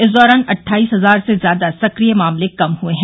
इस दौरान अट्ठाइस हजार से ज्यादा सक्रिय मामले कम हये हैं